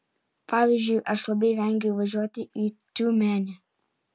pavyzdžiui aš labai vengiau važiuoti į tiumenę